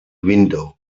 window